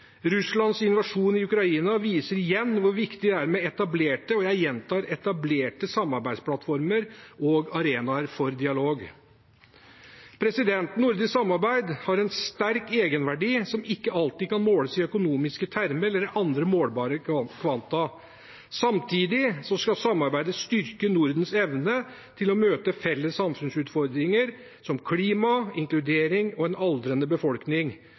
Russlands invasjon i Ukraina viser igjen hvor viktig det er med etablerte – og jeg gjentar: etablerte – samarbeidsplattformer og arenaer for dialog. Nordisk samarbeid har en sterk egenverdi som ikke alltid kan måles i økonomiske termer eller andre målbare kvanta. Samtidig skal samarbeidet styrke Nordens evne til å møte felles samfunnsutfordringer, som klima, inkludering og en aldrende befolkning,